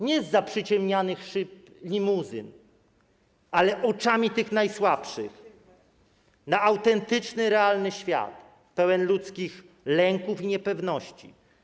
Nie zza przyciemnianych szyb limuzyn, ale oczami tych najsłabszych, na autentyczny, realny świat, pełen ludzkich lęków i niepewności.